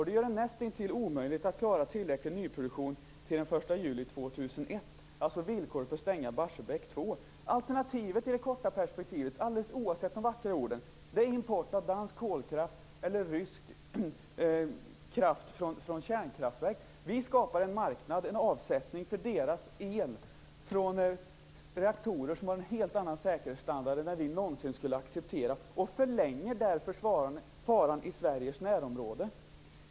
Det gör det nästintill omöjligt att klara tillräcklig nyproduktion till den Alternativet till det korta perspektivet, alldeles oavsett de vackra orden, är import av dansk kolkraft eller rysk kraft från kärnkraftverk. Vi skapar en marknad och avsättning för deras el från reaktorer som har en helt annan säkerhetsstandard än vad vi någonsin skulle acceptera, och förlänger därmed faran i Sveriges närområde.